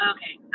Okay